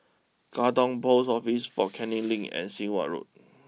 Katong post Office Fort Canning Link and Sit Wah Road